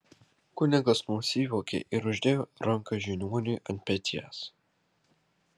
kunigas nusijuokė ir uždėjo ranką žiniuoniui ant peties